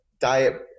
diet